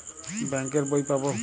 Bank এর বই পাবো?